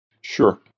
Sure